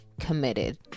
committed